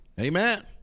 Amen